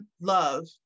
love